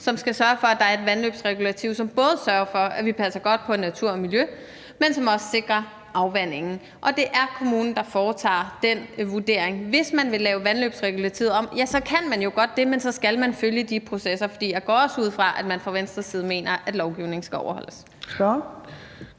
som skal sørge for, at der er et vandløbsregulativ, som både sørger for, at vi passer godt på natur og miljø, men som også sikrer afvandingen. Og det er kommunen, der foretager den vurdering. Hvis man vil lave vandløbsregulativet om, kan man jo godt det, men så skal man følge de processer. For jeg går også ud fra, at man fra Venstres side mener, at lovgivningen skal overholdes.